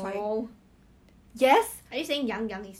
imagine right if you really go Mediacorp right